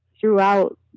throughout